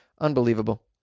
Unbelievable